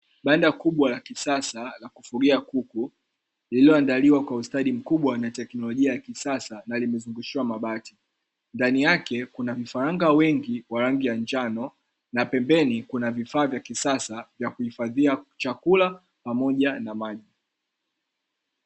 Banda kubwa la kisasa la kufugia kuku, lililoandaliwa kwa ustadi mkubwa na tekinolojia ya kisasa na limezungushiwa mabati, ndani yake Kuna vifaranga wengi wa rangi ya njano na pembeni kuna vifaa vya kisasa vya kuhifadhia chakula, pamoja na maji.